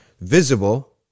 visible